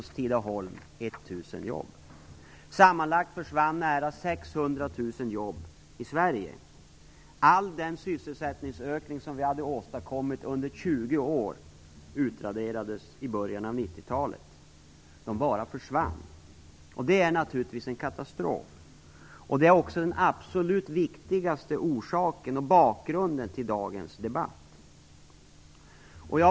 Sammanlagt försvann nästan 600 000 jobb i Sverige. All den sysselsättningsökning som vi hade åstadkommit under 20 år utraderades i början av 90-talet. Jobben bara försvann. Det är naturligtvis en katastrof, och det är också den absolut viktigaste orsaken och bakgrunden till dagens debatt.